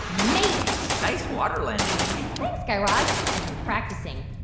made it nice water landing, mindy thanks, guy raz. i've been practicing.